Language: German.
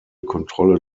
kontrolle